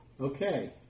Okay